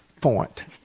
point